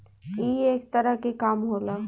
ई एक तरह के काम होला